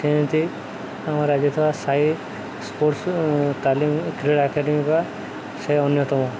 ସେମିତି ଆମ ରାଜ୍ୟରେ ଥିବା ସାଇ ସ୍ପୋର୍ଟସ୍ ତାଲିମ କ୍ରୀଡ଼ା ଏକାଡେମୀ ବା ସେ ଅନ୍ୟତମ